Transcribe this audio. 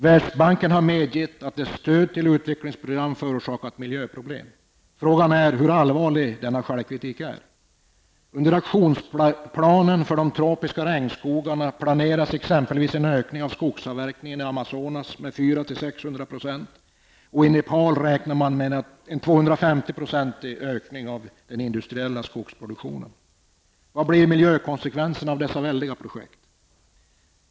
Världsbanken har medgivit att dess stöd till utvecklingsprogram förorsakat miljöproblem. Frågan är hur allvarlig denna självkritik är. Under aktionsplanen för de tropiska regnskogarna planeras exempelvis en ökning av skogsavverkningen i Amazonas med 400--600 %, och i Nepal räknar man med en 250-procentig ökning av den industriella skogsproduktionen. Vad blir miljökonsekvenserna av dessa väldiga projekt?